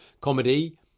comedy